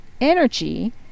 energy